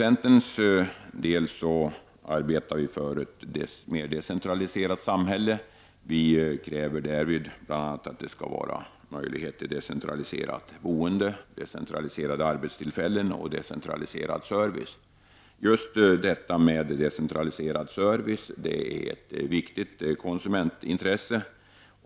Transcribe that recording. Centern arbetar för ett mer decentraliserat samhälle. Centern kräver bl.a. att det skall finnas möjlighet till decentraliserat boende, decentraliserade arbetsplatser och decentraliserad service. Just decentraliserad service är ett viktigt konsumentintresse.